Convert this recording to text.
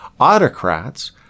autocrats